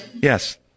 Yes